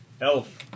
Elf